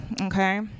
okay